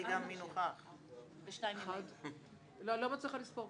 1 לא נתקבלה.